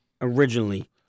originally